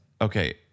Okay